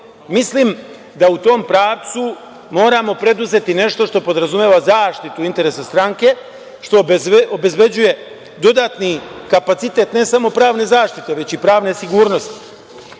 Mislim da u tom pravcu moramo preduzeti nešto što podrazumeva zaštitu interesa stranke što obezbeđuje dodatni kapacitet ne samo pravne zaštite, već i pravne sigurnosti. Dalje,